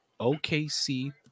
OKC